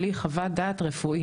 בלי חוות דעת רפואית.